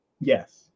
Yes